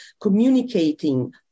communicating